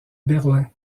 berlin